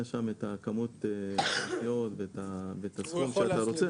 שם את הכמות נסיעות והסכום שהוא רוצה,